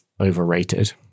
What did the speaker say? overrated